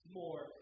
more